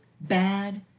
bad